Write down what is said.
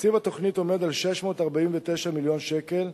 תקציב התוכנית עומד על 649 מיליון שקל,